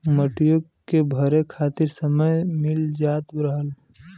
मटियो के भरे खातिर समय मिल जात रहल